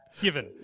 given